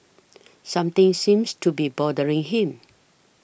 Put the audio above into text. something seems to be bothering him